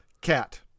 Cat